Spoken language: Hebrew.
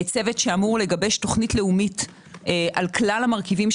צוות שאמור לגבש תוכנית לאומית על כלל מרכיביה.